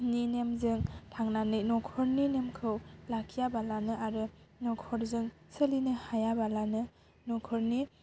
नेमजों थांनानै न'खरनि नेमखौ लाखियाबालानो आरो न'खरजों सोलिनो हायाबालानो न'खरनि